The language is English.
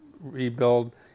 rebuild